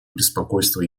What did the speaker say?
беспокойство